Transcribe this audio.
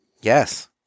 Yes